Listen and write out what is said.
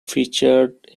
featured